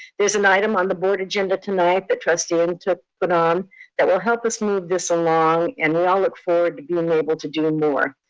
there's an item on the board agenda tonight that trustee and ntuk put on that will help us move this along, and we all look forward to being able to do more.